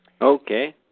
Okay